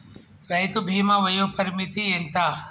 రైతు బీమా వయోపరిమితి ఎంత?